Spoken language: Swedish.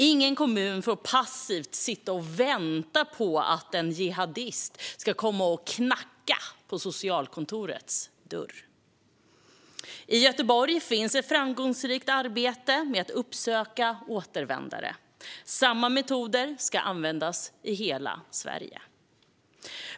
Ingen kommun får passivt sitta och vänta på att en jihadist ska komma och knacka på socialkontorets dörr. I Göteborg finns ett framgångsrikt arbete med att uppsöka återvändare. Samma metoder ska användas i hela Sverige.